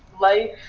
life